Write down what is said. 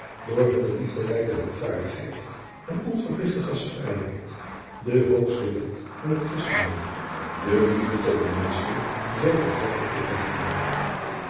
door hunne liefderijke hulpvaardigheid en onverpligte gastvrijheid de hoogste wet van het christendom de liefde tot de naasten zoo voortreffelijk volbragten